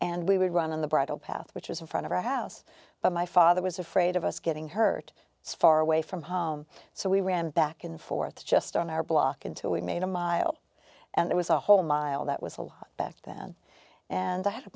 and we would run on the bridle path which was in front of our house but my father was afraid of us getting hurt it's far away from home so we ran back and forth just on our block until we made a mile and it was a whole mile that was a lot back then and i had